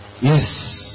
Yes